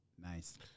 Nice